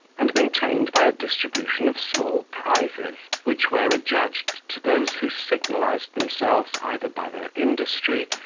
and maintained by a distribution of small prizes, which were adjudged to those who signalized themselves either by their industry,